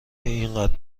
اینقدر